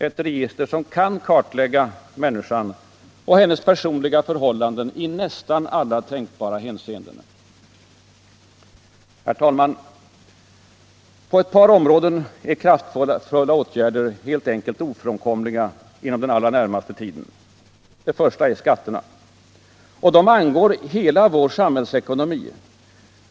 Ett register som kan kartlägga människan och hennes personliga förhållanden i nästan alla tänkbara hänseenden. Herr talman! På ett par områden är kraftfulla åtgärder helt enkelt ofrånkomliga inom den allra närmaste tiden. Det första är skatterna. Och de angår hela vår samhällsekonomi.